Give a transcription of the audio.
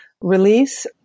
release